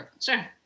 sure